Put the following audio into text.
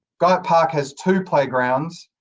guyatt park has two playgrounds,